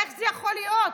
איך זה יכול להיות?